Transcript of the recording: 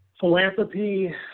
philanthropy